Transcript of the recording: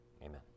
Amen